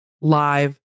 live